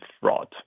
fraud